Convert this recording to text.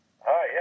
Hi